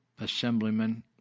assemblyman